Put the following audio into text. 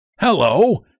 Hello